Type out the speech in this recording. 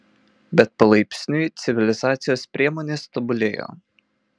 bet palaipsniui civilizacijos priemonės tobulėjo